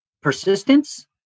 persistence